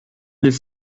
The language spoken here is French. les